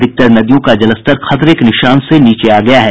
अधिकांश नदियों का जलस्तर खतरे के निशान से नीचे आ गया है